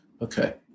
Okay